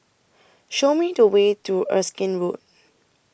Show Me The Way to Erskine Road